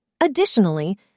Additionally